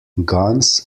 guns